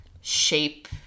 shape